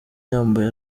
yambaye